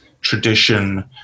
tradition